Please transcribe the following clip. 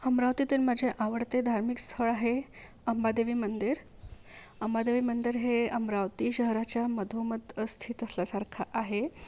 अमरावतीतून माझे आवडते धार्मिक स्थळ आहे अंबादेवी मंदिर अंबादेवी मंदिर हे अमरावती शहराच्या मधोमध स्थित असल्यासारखं आहे